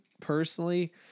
personally